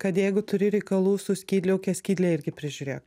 kad jeigu turi reikalų su skydliauke skydlę irgi prižiūrėk